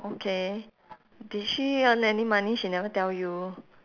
okay did she earn any money she never tell you